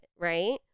Right